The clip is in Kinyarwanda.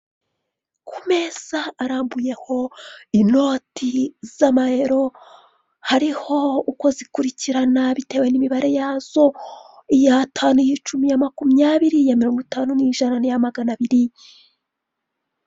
Ku meza arambuyeho inoti z'amayero hariho uko zikurikirana bitewe n'imibare yazo, iy'atanu, iy'icumi, iya makumyabiri, iya mirongo itanu, n'iy'ijana n'iya magana abiri.